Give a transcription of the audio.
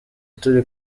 turi